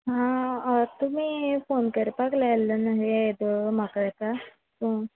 हां आं तुमी फोन करपाक लायल्ले न्हु गे येदोळ म्हाका एका